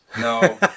no